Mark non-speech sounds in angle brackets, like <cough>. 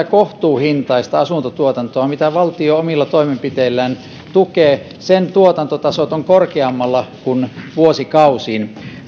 <unintelligible> kohtuuhintaisen asuntotuotannon mitä valtio omilla toimenpiteillään tukee tuotantotasot ovat korkeammalla kuin vuosikausiin